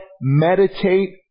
meditate